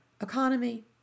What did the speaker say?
economy